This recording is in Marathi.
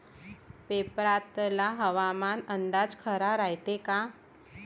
पेपरातला हवामान अंदाज खरा रायते का?